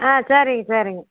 ஆ சரிங்க சரிங்க